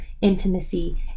intimacy